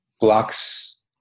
blocks